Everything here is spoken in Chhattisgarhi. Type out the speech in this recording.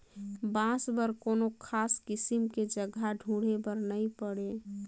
बांस बर कोनो खास किसम के जघा ढूंढे बर नई पड़े